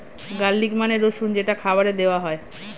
garlic মানে রসুন যেটা খাবারে দেওয়া হয়